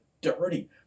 dirty